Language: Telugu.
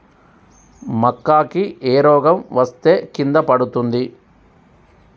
మక్కా కి ఏ రోగం వస్తే కింద పడుతుంది?